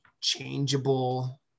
changeable